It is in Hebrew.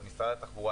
את משרד התחבורה,